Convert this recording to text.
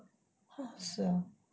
!huh! 是 ah